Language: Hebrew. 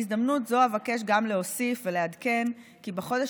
בהזמנות זו אבקש גם להוסיף ולעדכן כי בחודש